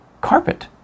carpet